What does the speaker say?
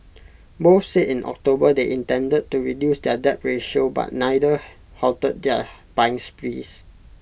both said in October they intended to reduce their debt ratio but neither halted their buying sprees